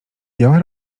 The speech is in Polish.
białe